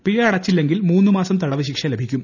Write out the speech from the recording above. പിഴ അടച്ചില്ലെങ്കിൽ മൂന്ന് മാസം തടവ് ശിക്ഷ ലഭിക്കും